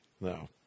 No